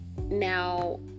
now